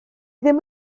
ddim